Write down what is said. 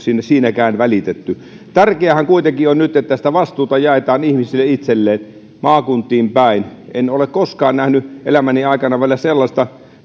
siinäkään välitetty tärkeäähän kuitenkin on nyt että sitä vastuuta jaetaan ihmisille itselleen maakuntiin päin en ole koskaan elämäni aikana vielä nähnyt sellaista